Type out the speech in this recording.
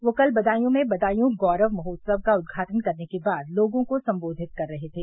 वह कल बदायू में बदायूं गौरव महोत्सव का उद्घाटन करने के बाद लोगों को संबोधित कर रहे थे